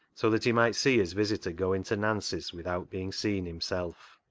so that he might see his visitor go into nancy's without being seen himself.